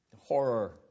Horror